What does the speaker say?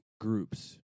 groups